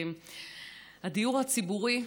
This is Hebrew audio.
הדיור הציבורי,